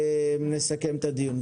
ונסכם את הדיון.